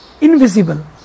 invisible